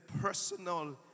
personal